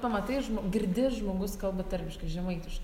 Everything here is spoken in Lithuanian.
pamatai žm girdi žmogus kalba tarmiškai žemaitiškai